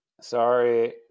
Sorry